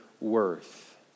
worth